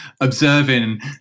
observing